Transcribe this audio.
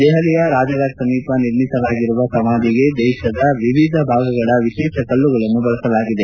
ದೆಹಲಿಯ ರಾಜ್ಫಾಟ್ ಸಮೀಪ ನಿರ್ಮಿಸಲಾಗಿರುವ ಸಮಾಧಿಗೆ ದೇಶದ ವಿವಿಧ ಭಾಗಗಳ ವಿಶೇಷ ಕಲ್ಲಗಳನ್ನು ಬಳಸಲಾಗಿದೆ